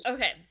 Okay